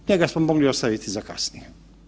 Njega smo mogli ostaviti za kasnije.